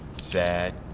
sad,